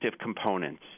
components